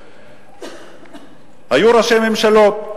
היו ראשי ממשלות.